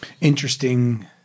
interesting